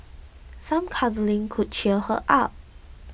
some cuddling could cheer her up